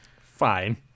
Fine